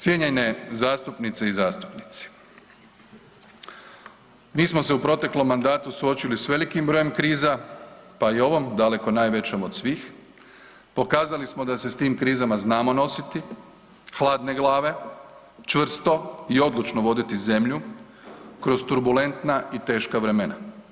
Cijenjene zastupnice i zastupnici, mi smo se u proteklom mandatu suočili s velikim brojem kriza, pa i ovom daleko najvećom od svih, pokazali smo da se s tim krizama znamo nositi hladne glave, čvrsto i odlučno voditi zemlju kroz turbulentna i teška vremena.